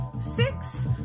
six